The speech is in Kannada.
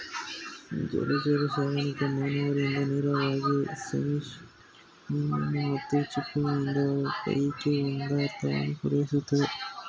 ಜಲಚರಸಾಕಣೆ ಮಾನವರಿಂದ ನೇರವಾಗಿ ಸೇವಿಸಲ್ಪಡೋ ಮೀನು ಮತ್ತು ಚಿಪ್ಪುಮೀನಿನ ಪೈಕಿ ಒಂದರ್ಧವನ್ನು ಪೂರೈಸುತ್ತೆ